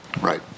Right